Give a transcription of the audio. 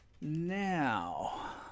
Now